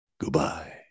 goodbye